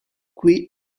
qui